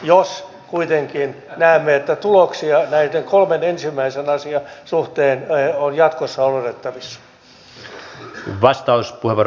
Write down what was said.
meidän pitäisi lähteä myöskin jo siihen että ihmiset pääsisivät työpaikoille harjoittelemaan ja niin edespäin